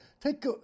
Take